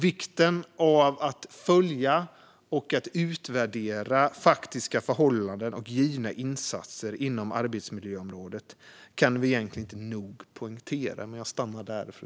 Vikten av att följa och utvärdera faktiska förhållanden och givna insatser inom arbetsmiljöområdet kan vi egentligen inte nog poängtera.